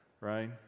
right